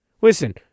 Listen